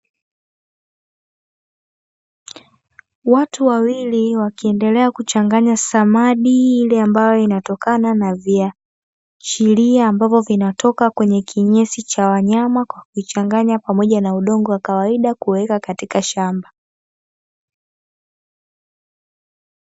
Watu wawili wakiendelea kuchanganya samadi ile ambayo inatokana na viachilia ambavyo vinatoka kwenye kinyesi cha wanyama, kwa kuichanganya pamoja na udongo wa kawaida kuweka katika shamba.